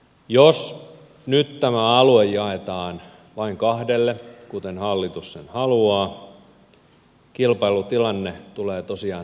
jos nyt tämä alue jaetaan vain kahdelle kuten hallitus haluaa kilpailutilanne tulee tosiaan heikkenemään